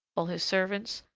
all his servants,